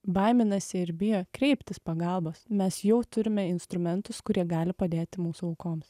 baiminasi ir bijo kreiptis pagalbos mes jau turime instrumentus kurie gali padėti mūsų aukoms